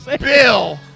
Bill